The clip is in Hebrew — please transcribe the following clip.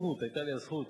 היתה לי הזכות